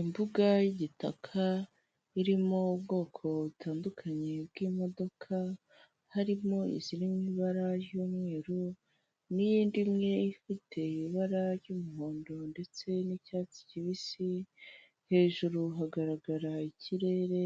Imbuga y'igitaka irimo ubwoko butandukanye bw'imodoka, harimo iziri mu ibara ry'umweru n'iyindi imwe ifite ibara ry'umuhondo ndetse n'icyatsi kibisi, hejuru hagarara ikirere,